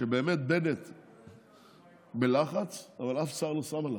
באמת בנט בלחץ, אבל אף שר לא שם עליו.